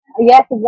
Yes